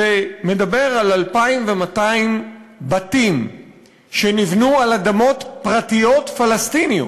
שמדבר על 2,200 בתים שנבנו על אדמות פרטיות פלסטיניות.